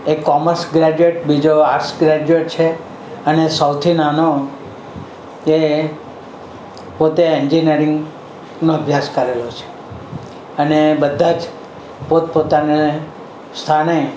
એક commerce graduate બીજો arts graduate છે અને સૌથી નાનો એ પોતે એન્જીનીયરીંગનો અભ્યાસ કરેલો છે અને અને બધા જ પોતપોતાને સ્થાને